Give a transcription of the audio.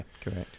correct